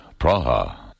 Praha